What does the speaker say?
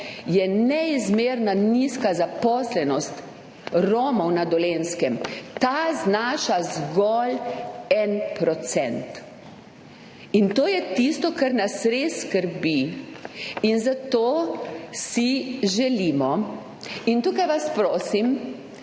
je neizmerno nizka zaposlenost Romov na Dolenjskem. Ta znaša zgolj 1 %. To je tisto, kar nas res skrbi, in zato si želimo – in tukaj vas prosim,